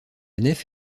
nef